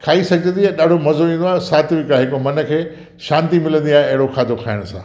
खाई सघिजे थी ॾाढो मज़ो ईंदो आहे सात्विक आहे हिकु मन खे शांति मिलंदी आहे अहिड़ो खाधो खाइण सां